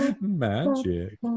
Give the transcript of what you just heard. magic